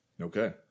Okay